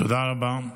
תודה רבה.